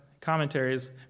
commentaries